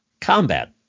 combat